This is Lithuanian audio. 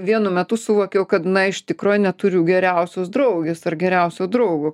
vienu metu suvokiau kad na iš tikrųjų neturiu geriausios draugės ar geriausio draugo